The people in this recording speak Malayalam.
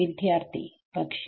വിദ്യാർത്ഥി പക്ഷെ